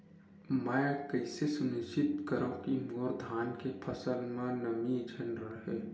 मैं कइसे सुनिश्चित करव कि मोर धान के फसल म नमी झन रहे?